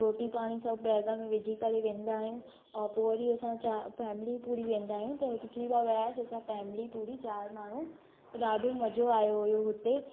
रोटी पाणी सभु बैग में विझी करे वेंदा आहियूं ऐं पो वरी असां फैमिली पूरी वेंदा आहियूं त पिछली बार वयासीं असां फैमिली पूरी चारि माण्हू त ॾाढो मजो आयो हुयो हुते